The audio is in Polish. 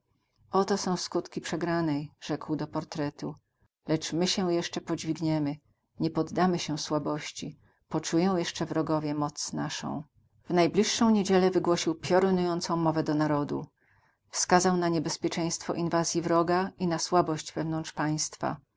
oto są skutki przegranej rzekł do portretu lecz my się jeszcze podźwigniemy nie poddamy się słabości poczują jeszcze wrogowie moc naszą w najbliższą niedzielę wygłosił piorunującą mowę do narodu wskazał na niebezpieczeństwo inwazji wroga i na słabość wewnątrz państwa